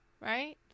right